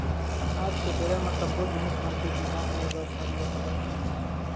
आज के बेरा म सब्बो जिनिस मन के बीमा होय बर धर ले हवय